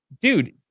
dude